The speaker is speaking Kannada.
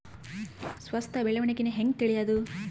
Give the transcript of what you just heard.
ಸಂಸ್ಥ ಬೆಳವಣಿಗೇನ ಹೆಂಗ್ ತಿಳ್ಯೇದು